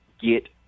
get